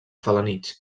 felanitx